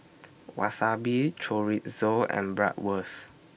Wasabi Chorizo and Bratwurst